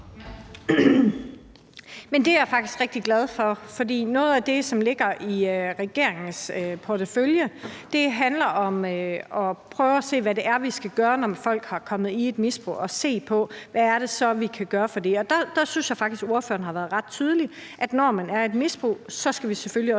(S): Det er jeg faktisk rigtig glad for. For noget af det, som ligger i regeringens portefølje, handler om at prøve at se, hvad det er, vi skal gøre, når folk er kommet i et misbrug, altså at se på, hvad det er, vi kan gøre ved det. Der synes jeg faktisk, ordføreren har været ret tydelig om, at når man er i et misbrug, skal vi selvfølgelig også